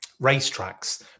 racetracks